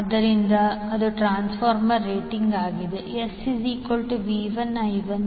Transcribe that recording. ಆದ್ದರಿಂದ ಅದು ಟ್ರಾನ್ಸ್ಫಾರ್ಮರ್ನ ರೇಟಿಂಗ್ ಆಗಿದೆ SV1I1V2I29